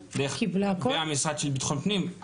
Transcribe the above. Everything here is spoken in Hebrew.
והמשרד של ביטחון פנים,